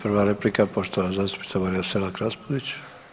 Prva replika poštovana zastupnica Marija Selak Raspudić.